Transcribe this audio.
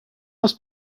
must